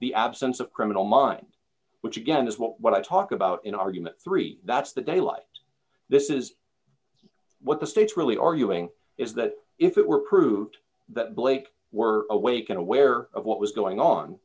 the absence of criminal mind which again is what i talk about in argument three that's the daylight this is what the state's really arguing is that if it were proved that blake were awake and aware of what was going on